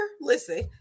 Listen